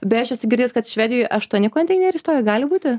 beje aš esu girdėjusi kad švedijoje aštuoni konteineriai stovi gali būti